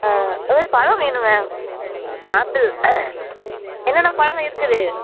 ஆ அதாவது பழம் வேணுங்க ஆப்பிள் என்னென்ன பழங்கள் இருக்குது